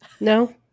No